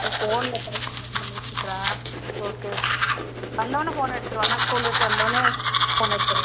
இப்போ ஃபோனில் ஸ்பெண்ட் பண்ணிட்டுருக்குறான் ஓகே ஓகே வந்தோடன்ன ஃபோன் எடுத்துருவான்னா ஸ்கூல் விட்டு வந்தோடன்னே ஃபோன் எடுத்துருவான்னா